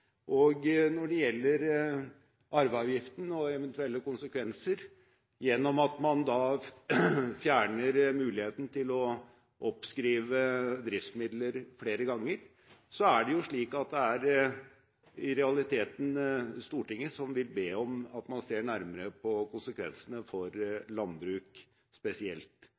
fortløpende. Når det gjelder arveavgiften og eventuelle konsekvenser av at man fjerner muligheten til å oppskrive driftsmidler flere ganger, er det slik at det i realiteten er Stortinget som vil be om at man ser nærmere på konsekvensene for landbruk spesielt,